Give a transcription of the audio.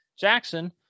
jackson